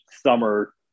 summer